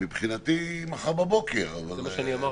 מבחינתי מחר בבוקר -- זה גם מה שאני אמרתי.